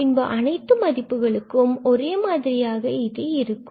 பின்பு அனைத்து மதிப்புகளும் ஒரே மாதிரியாக இருக்கும்